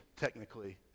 technically